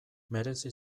merezi